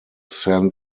san